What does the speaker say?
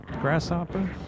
Grasshopper